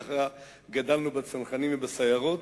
כך גדלנו בצנחנים ובסיירות,